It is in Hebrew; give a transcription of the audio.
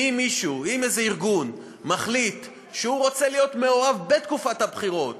אם איזה ארגון מחליט שהוא רוצה להיות מעורב בתקופת הבחירות